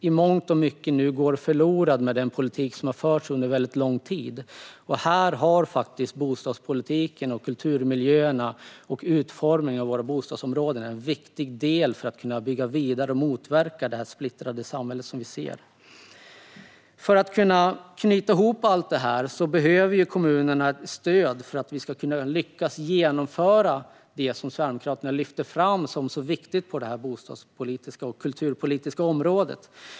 I mångt och mycket går den nu förlorad i och med den politik som har förts under lång tid. Bostadspolitiken, kulturmiljöerna och utformningen av bostadsområdena utgör viktiga delar för att vi ska kunna bygga vidare och motverka det splittrade samhället. För att knyta ihop allt detta behöver kommunerna stöd för att lyckas genomföra det som Sverigedemokraterna lyfter fram som viktigt på det bostadspolitiska och kulturpolitiska området.